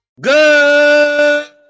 Good